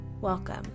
Welcome